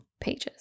pages